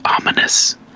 Ominous